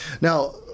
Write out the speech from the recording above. Now